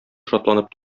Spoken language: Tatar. шатланып